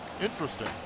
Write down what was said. Interesting